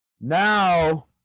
now